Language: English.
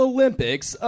Olympics